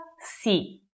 si